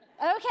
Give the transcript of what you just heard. Okay